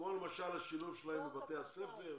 כמו למשל השילוב שלהם בבתי הספר,